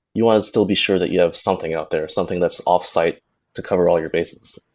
you want to still be sure that you have something out there or something that's offsite to cover all your bases.